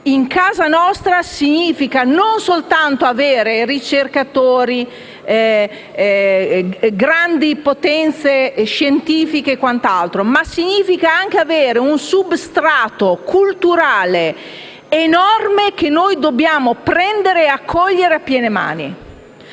in casa nostra significa non soltanto avere ricercatori, grandi potenze scientifiche e tutto ciò che ne consegue, ma anche avere un substrato culturale enorme che dobbiamo accogliere a piene mani.